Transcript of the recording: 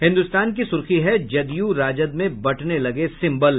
हिन्दुस्तान की सुर्खी है जदयू राजद में बंटने लगे सिम्बल